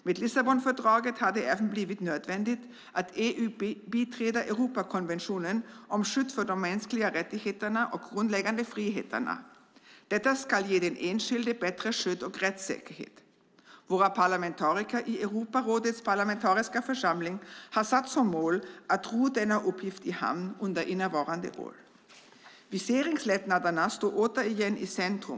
Med Lissabonfördraget har det även blivit nödvändigt att EU biträder Europakonventionen om skydd för de mänskliga rättigheterna och grundläggande friheterna. Detta ska ge den enskilde bättre skydd och rättssäkerhet. Våra parlamentariker i Europarådets parlamentariska församling har satt som mål att ro denna uppgift i hamn under innevarande år. Viseringslättnaderna står återigen i centrum.